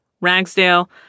Ragsdale